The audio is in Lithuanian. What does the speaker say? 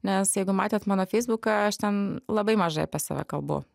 nes jeigu matėt mano feisbuką aš ten labai mažai apie save kalbu